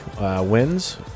wins